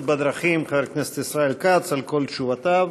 בדרכים חבר הכנסת ישראל כץ על כל תשובותיו.